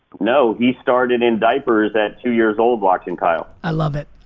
no, he started in diapers at two years old watching kyle. i love it.